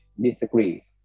disagree